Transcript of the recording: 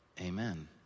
Amen